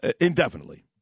indefinitely